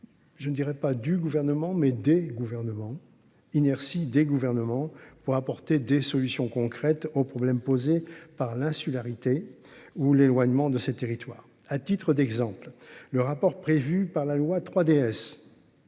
Je ne dirais pas du gouvernement mais des gouvernements inertie des gouvernements pour apporter des solutions concrètes aux problèmes posés par l'insularité ou l'éloignement de ces territoires à titre d'exemple, le rapport prévu par la loi 3DS.